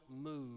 move